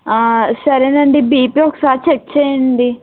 సరేనండి బిపి ఒకసారి చెక్ చేయండి